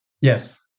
Yes